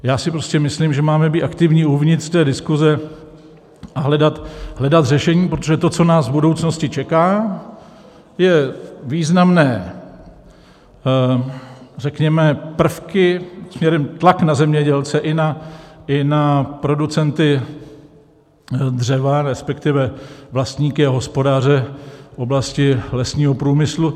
Já si prostě myslím, že máme být aktivní uvnitř té diskuze a hledat řešení, protože to, co nás v budoucnosti čeká, jsou významné řekněme prvky směrem tlak na zemědělce i na producenty dřeva, respektive vlastníky a hospodáře v oblasti lesního průmyslu.